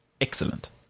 Excellent